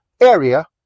area